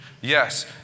Yes